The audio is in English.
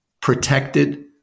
protected